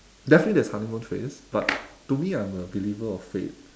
definitely there's honeymoon phase but to me I'm a believer of fate